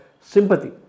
sympathy